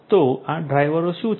તો આ ડ્રાઇવરો શું છે